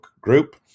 group